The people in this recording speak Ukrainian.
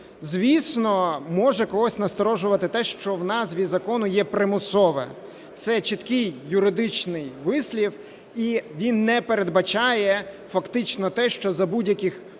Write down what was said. Звісно, може когось насторожувати те, що в назві закону є "примусове". Це чіткий юридичний вислів і він не передбачає фактично те, що за будь-яких умов